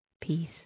peace